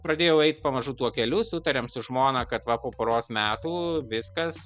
pradėjau eit pamažu tuo keliu sutarėm su žmona kad va po poros metų viskas